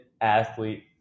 athlete